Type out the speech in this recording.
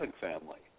family